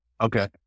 Okay